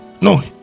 no